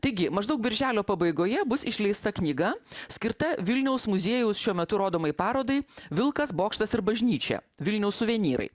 taigi maždaug birželio pabaigoje bus išleista knyga skirta vilniaus muziejaus šiuo metu rodomai parodai vilkas bokštas ir bažnyčia vilniaus suvenyrai